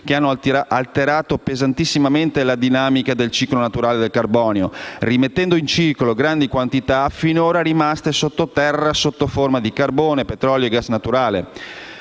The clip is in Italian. che hanno alterato pesantemente la dinamica del ciclo naturale del carbonio, rimettendo in circolo grandi quantità finora rimaste sottoterra in forma di carbone, petrolio e gas naturale.